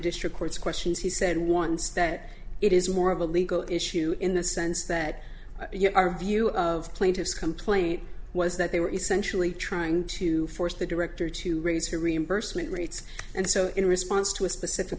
district courts questions he said once that it is more of a legal issue in the sense that you know our view of plaintiff's complaint was that they were essentially trying to force the director to raise her reimbursement rates and so in response to a specific